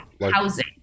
housing